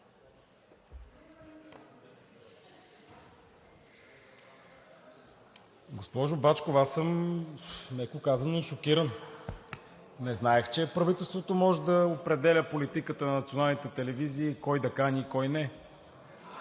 Госпожо Бачкова, меко казано, съм шокиран. Не знаех, че правителството може да определя политиката на националните телевизии кого да кани и кого не.